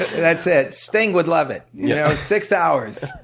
that's it. sting would love it you know six hours.